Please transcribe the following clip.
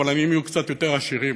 אבל העניים יהיו קצת יותר עשירים.